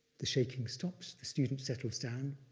the shaking stops, the student settles down,